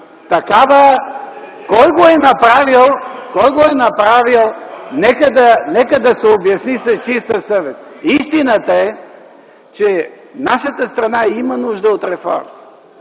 Кой го е направил? Нека да се обясни с чиста съвест. Истината е, че нашата страна има нужда от реформи.